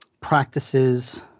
practices